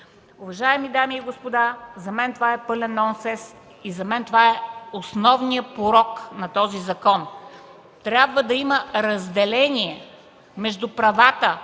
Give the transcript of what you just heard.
Уважаеми дами и господа, за мен това е пълен нонсенс. Това е основният порок на този закон. Трябва да има разделение между правата